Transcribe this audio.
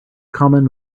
common